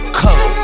colors